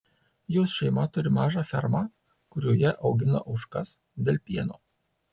jos šeima turi mažą fermą kurioje augina ožkas dėl pieno